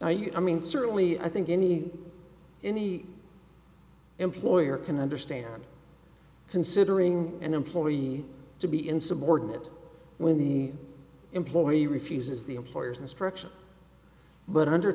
eat i mean certainly i think any any employer can understand considering an employee to be insubordinate when the employee refuses the employer's instruction but under